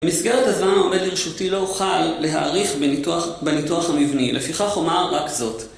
מסגרת הזמן העומד לרשותי לא אוכל להאריך בניתוח המבני, לפיכך אומר רק זאת.